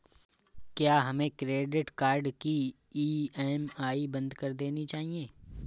क्या हमें credit card की ई.एम.आई बंद कर देनी चाहिए?